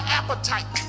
appetite